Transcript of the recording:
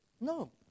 No